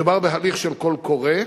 מדובר בהליך של קול קורא,